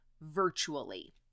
virtually